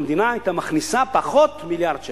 המדינה היתה מכניסה פחות מיליארד שקל.